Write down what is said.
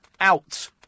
Out